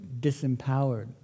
disempowered